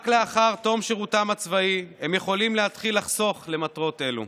רק לאחר תום שירותם הצבאי הם יכולים להתחיל לחסוך למטרות אלו.